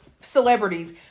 celebrities